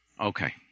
Okay